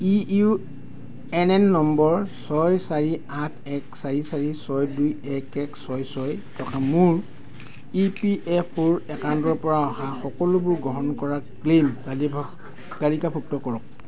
U N N number ছয় চাৰি আঠ এক চাৰি চাৰি ছয় দুই এক এক ছয় ছয় থকা মোৰ ই পি এফ অ' ৰ একাউণ্টৰ পৰা অহা সকলোবোৰ গ্ৰহণ কৰা ক্লেইম তালিভ তালিকাভুক্ত কৰক